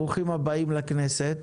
ברוכים הבאים לכנסת.